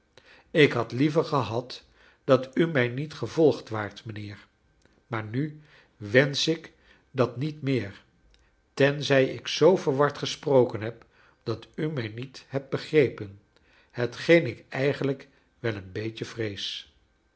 ik had liever gehad dat u mij niet gevolgd waart mijnheer maar nu wensch ik dat niet meer tenzij ik zoo verward gesproken heb dat u mij niet hebt begrepen hetgeen ik eigenlijk wel een beetje vrees